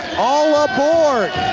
all aboard!